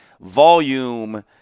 volume